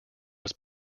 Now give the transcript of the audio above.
was